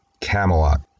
Camelot